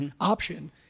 option